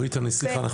לי